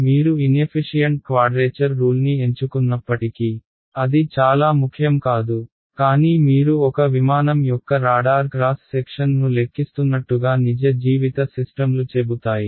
కాబట్టి మీరు inefficient quadrature రూల్ని ఎంచుకున్నప్పటికీ అది చాలా ముఖ్యం కాదు కానీ మీరు ఒక విమానం యొక్క రాడార్ క్రాస్ సెక్షన్ను లెక్కిస్తున్నట్టుగా నిజ జీవిత సిస్టమ్లు చెబుతాయి